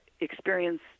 experience